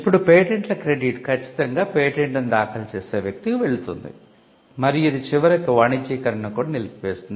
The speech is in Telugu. ఇప్పుడు పేటెంట్ల క్రెడిట్ ఖచ్చితంగా పేటెంట్ను దాఖలు చేసే వ్యక్తికి వెళ్తుంది మరియు ఇది చివరికి వాణిజ్యీకరణను కూడా నిలిపివేస్తుంది